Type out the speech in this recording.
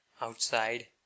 outside